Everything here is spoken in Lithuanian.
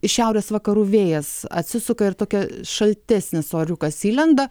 šiaurės vakarų vėjas atsisuka ir tokia šaltesnis oriukas įlenda